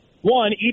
One